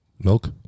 Milk